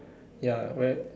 ya very